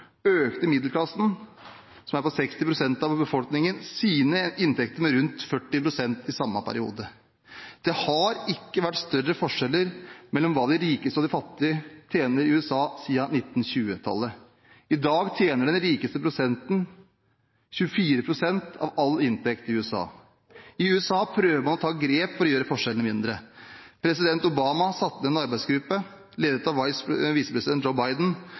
økte middelklassen – 60 pst. av befolkningen – sine inntekter med rundt 40 pst. i samme periode. Det har ikke vært større forskjeller mellom det de rikeste og det de fattige tjener i USA siden 1920-tallet. I dag tjener den rikeste prosenten 24 pst. av all inntekt i USA. I USA prøver man å ta grep for å gjøre forskjellene mindre. President Obama har satt ned en arbeidsgruppe ledet av visepresident